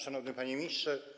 Szanowny Panie Ministrze!